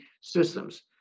systems